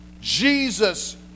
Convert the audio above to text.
Jesus